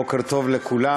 בוקר טוב לכולם.